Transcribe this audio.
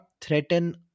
threaten